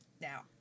Now